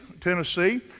Tennessee